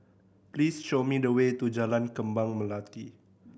please show me the way to Jalan Kembang Melati